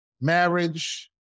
marriage